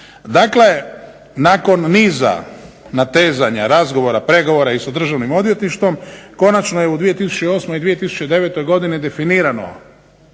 Dakle, nakon niza natezanja, razgovora, pregovora i sa Državnim odvjetništvom konačno je u 2008. i 2009. godini definirano